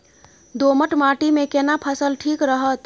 दोमट माटी मे केना फसल ठीक रहत?